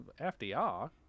FDR